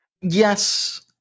Yes